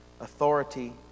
authority